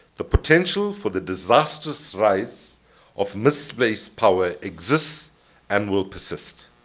the potential for the disastrous rise of misplaced power exists and will persist.